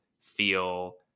feel